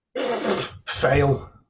Fail